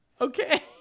okay